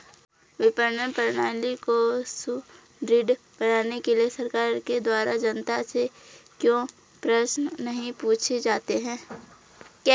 विपणन प्रणाली को सुदृढ़ बनाने के लिए सरकार के द्वारा जनता से क्यों प्रश्न नहीं पूछे जाते हैं?